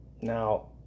Now